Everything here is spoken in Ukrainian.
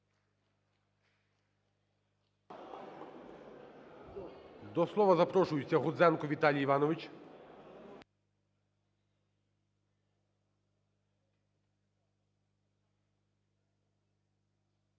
До слова запрошується Гудзенко Віталій Іванович.